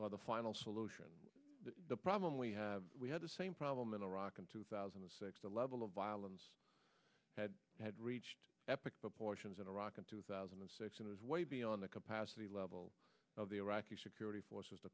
the final solution to the problem we have we had the same problem in iraq in two thousand and six the level of violence had had reached epic proportions in iraq in two thousand and six it was way beyond the capacity level of the iraqi security forces to